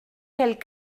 quelle